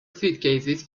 suitcases